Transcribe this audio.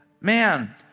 Man